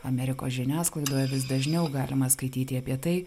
amerikos žiniasklaidoje vis dažniau galima skaityti apie tai